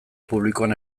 publikoan